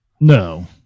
no